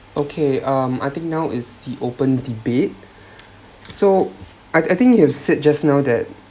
okay um I think now is the open debate so I I think you have said just now that